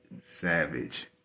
savage